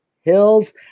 hills